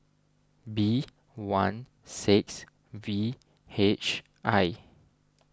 B one six V H I